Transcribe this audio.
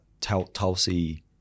-Tulsi